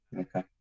Okay